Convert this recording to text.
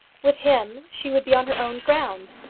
with him she would be on her own ground.